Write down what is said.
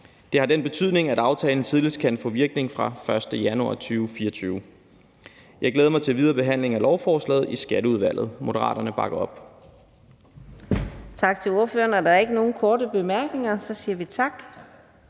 Det har den betydning, at aftalen tidligst kan få virkning fra den 1. januar 2024. Jeg glæder mig til den videre behandling af lovforslaget i Skatteudvalget. Moderaterne bakker op.